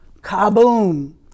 kaboom